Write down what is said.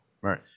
Right